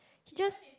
he just